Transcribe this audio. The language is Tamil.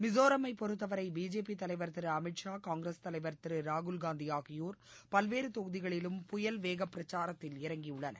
மிசோராமை பொறுத்தவரை பிஜேபி தலைவர் திரு அமித் ஷா காங்கிரஸ் தலைவர் திரு ராகுல்காந்தி ஆகியோர் பல்வேறு தொகுதிகளிலும் புயல்வேக பிரச்சாரத்தில் இறங்கியுள்ளார்கள்